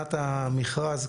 הכנת המכרז,